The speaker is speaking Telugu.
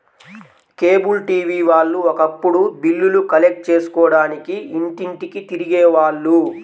కేబుల్ టీవీ వాళ్ళు ఒకప్పుడు బిల్లులు కలెక్ట్ చేసుకోడానికి ఇంటింటికీ తిరిగే వాళ్ళు